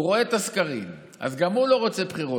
הוא רואה את הסקרים, אז גם הוא לא רוצה בחירות.